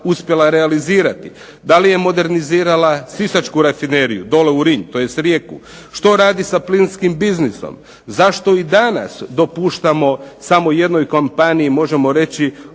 uspjela realizirati, da li je modernizirala Sisačku rafineriju, …/Govornik se ne razumio./… tj. Rijeku. Što radi sa plinskim biznisom, zašto i danas dopuštamo samo jednoj kompaniji možemo reći